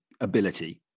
ability